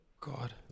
god